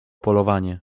polowanie